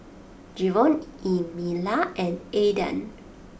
Jevon Emilia and Aydan